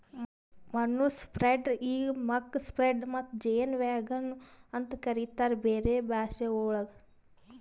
manure spreader ಈಗ್ muck spreader ಮತ್ತ ಜೇನ್ ವ್ಯಾಗನ್ ನು ಅಂತ ಕರಿತಾರ್ ಬೇರೆ ಭಾಷೆವಳಗ್